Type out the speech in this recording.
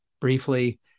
briefly